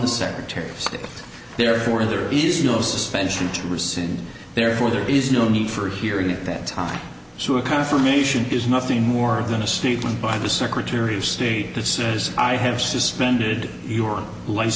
the secretary of state therefore there is no suspension to rescind therefore there is no need for hearing at that time so a confirmation is nothing more than a student by the secretary of state that says i have suspended your li